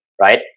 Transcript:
right